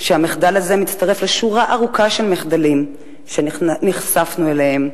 שהמחדל הזה מצטרף לשורה ארוכה של מחדלים שנחשפנו אליהם,